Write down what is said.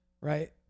Right